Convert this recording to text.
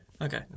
Okay